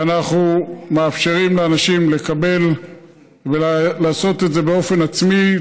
ואנחנו מאפשרים לאנשים לעשות את זה באופן עצמי,